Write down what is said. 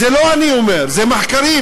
זה לא אני אומר, זה מחקרים,